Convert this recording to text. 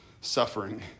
suffering